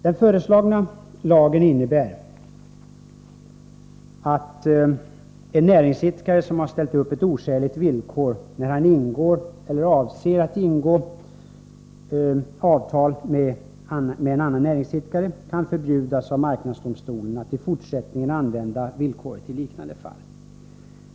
Den föreslagna lagen innebär att en näringsidkare som har ställt upp ett oskäligt villkor när han ingår eller avser att ingå avtal med en annan näringsidkare av marknadsdomstolen kan förbjudas att i fortsättningen i liknande fall använda villkoret.